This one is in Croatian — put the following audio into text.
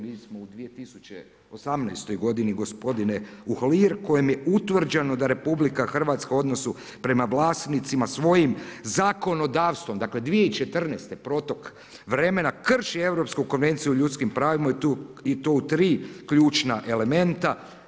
Mi smo u 2018. godini gospodine Uhlir, kojom je utvrđeno da RH u odnosu prema vlasnicima svojim zakonodavstvom, dakle 2014. protok vremena, krši Europsku konvenciju o ljudskim pravima i to u 3 ključna elementa.